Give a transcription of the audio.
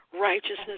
Righteousness